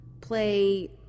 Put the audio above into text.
Play